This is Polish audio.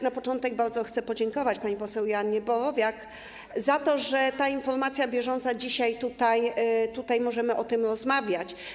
Na początek bardzo chcę podziękować pani poseł Joannie Borowiak za to, że jest ta informacja bieżąca, dzisiaj możemy tutaj o tym rozmawiać.